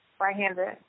Right-handed